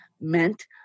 meant